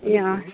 ए अँ